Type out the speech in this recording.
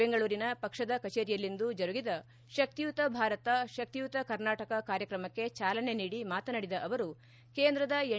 ಬೆಂಗಳೂರಿನ ಪಕ್ಷದ ಕಚೇರಿಯಲ್ಲಿಂದು ಜರುಗಿದ ಶಕ್ತಿಯುತ ಭಾರತ ಶಕ್ತಿಯುತ ಕರ್ನಾಟಕ ಕಾರ್ಯಕ್ರಮಕ್ಕೆ ಚಾಲನೆ ನೀಡಿ ಮಾತನಾಡಿದ ಅವರು ಕೇಂದ್ರದ ಎನ್